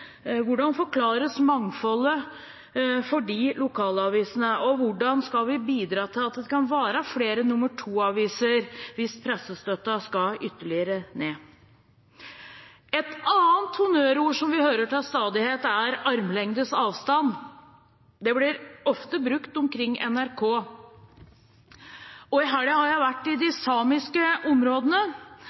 Hvordan forklares mangfoldet for de lokalavisene, og hvordan skal vi bidra til at det kan være flere nr. 2-aviser hvis pressestøtten skal ytterligere ned? Et annet honnørord som vi hører til stadighet, er «armlengdes avstand». Det blir ofte brukt omkring NRK. I helgen har jeg vært i de samiske områdene,